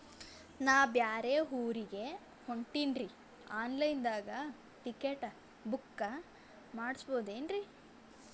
ನಾ ಬ್ಯಾರೆ ಊರಿಗೆ ಹೊಂಟಿನ್ರಿ ಆನ್ ಲೈನ್ ದಾಗ ಟಿಕೆಟ ಬುಕ್ಕ ಮಾಡಸ್ಬೋದೇನ್ರಿ?